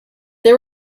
they